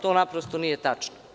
To, naprosto, nije tačno.